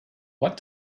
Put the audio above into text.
what